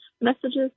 messages